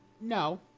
No